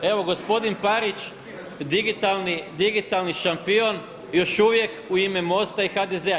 Evo gospodin Parić digitalni šampion još uvije u ime MOST-a i HDZ-a.